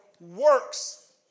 works